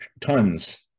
Tons